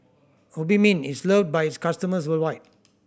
Obimin is loved by its customers worldwide